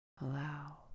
allow